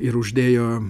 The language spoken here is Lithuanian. ir uždėjo